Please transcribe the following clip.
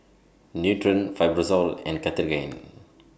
Nutren Fibrosol and Cartigain